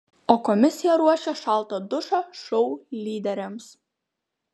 o komisija ruošia šaltą dušą šou lyderiams